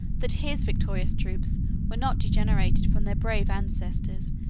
that his victorious troops were not degenerated from their brave ancestors,